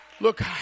Look